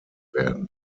werden